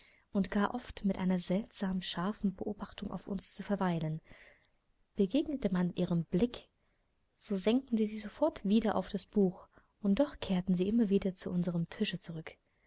und gar oft mit einer seltsam scharfen beobachtung auf uns zu verweilen begegnete man ihrem blick so senkten sie sich sofort wieder auf das buch und doch kehrten sie immer wieder zu unserem tische zurück